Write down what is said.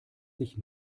sich